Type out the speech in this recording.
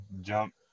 jump